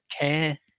care